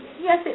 Yes